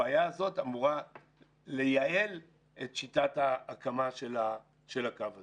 הבעיה הזאת אמורה לייעל את שיטת ההקמה של הקו הזה.